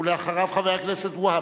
אחריו, חבר הכנסת והבה,